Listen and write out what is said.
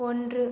ஒன்று